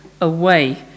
away